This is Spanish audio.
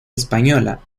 española